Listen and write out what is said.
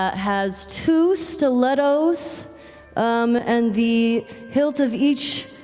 ah has two stilettos and the hilt of each,